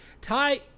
Ty